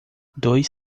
dois